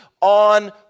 on